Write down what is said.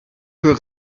für